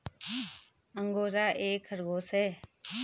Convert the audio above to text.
angora एक खरगोश है